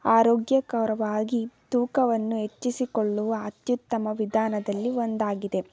ಆರೋಗ್ಯಕರವಾಗಿ ತೂಕವನ್ನು ಹೆಚ್ಚಿಸಿಕೊಳ್ಳುವ ಅತ್ಯುತ್ತಮ ವಿಧಾನದಲ್ಲಿ ಒಂದಾಗಿದೆ